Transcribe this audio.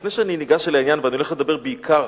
לפני שאני ניגש אל העניין, ואני הולך לדבר בעיקר